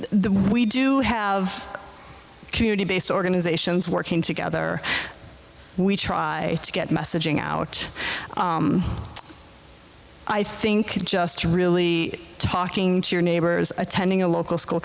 the we do have community based organizations working together we try to get messaging out i think just really talking to your neighbors attending a local school